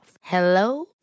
Hello